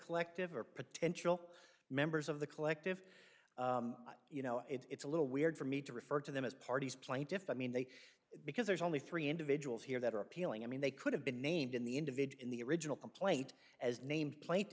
collective or potential members of the collective you know it's a little weird for me to refer to them as parties plaintiffs i mean they because there's only three individuals here that are appealing i mean they could have been named in the individual in the original complaint as named pla